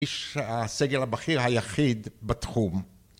איש הסגל הבכיר היחיד בתחום